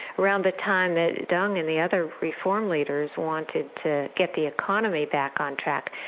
around the time that deng and the other reform leaders wanted to get the economy back on track.